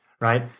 right